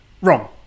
wrong